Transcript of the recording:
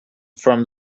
from